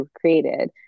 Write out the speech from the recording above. created